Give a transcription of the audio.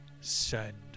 Send